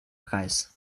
preis